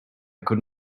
could